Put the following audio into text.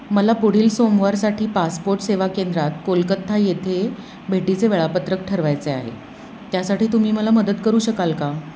मला पुढील सोमवारसाठी पासपोट सेवा केंद्रात कोलकत्ता येथे भेटीचे वेळापत्रक ठरवायचे आहे त्यासाठी तुम्ही मला मदत करू शकाल का